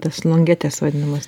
tas longetes vadinamas